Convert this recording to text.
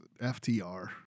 FTR